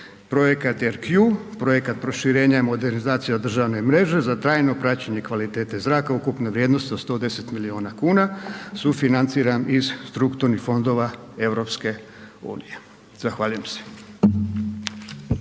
Projekat RQ, projekat proširenja i modernizacije državne mreže za trajno praćenje kvalitete zraka ukupne vrijednosti od 110 miliona kuna sufinanciran iz strukturnih fondova EU. Zahvaljujem se.